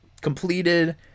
completed